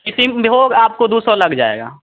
किसिम भोग में हो आपको दो सौ लग जाएगा